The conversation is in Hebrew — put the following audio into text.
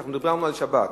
כי דיברנו על שבת.